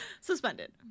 suspended